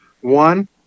One